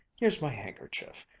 here's my handkerchief.